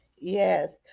Yes